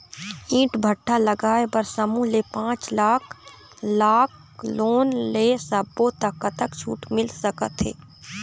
ईंट भट्ठा लगाए बर समूह ले पांच लाख लाख़ लोन ले सब्बो ता कतक छूट मिल सका थे?